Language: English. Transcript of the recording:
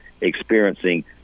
experiencing